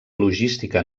logística